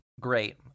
Great